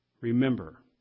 Remember